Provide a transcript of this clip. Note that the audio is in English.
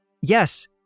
Yes